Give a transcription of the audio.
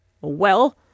Well